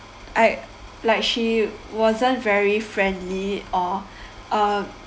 I like she wasn't very friendly or uh